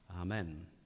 Amen